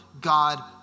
God